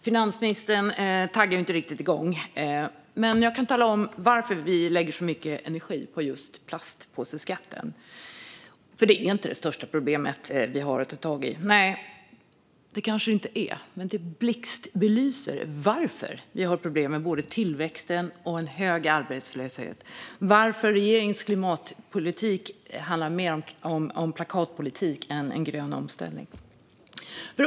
Finansministern taggar ju inte riktigt igång, men jag kan tala om varför vi lägger så mycket energi på just plastpåseskatten: Nej, det kanske är inte det största problemet vi har att ta tag i, men det blixtbelyser varför vi har problem med både tillväxten och en hög arbetslöshet - och varför regeringens klimatpolitik handlar mer om plakatpolitik än om en grön omställning.